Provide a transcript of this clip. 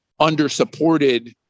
undersupported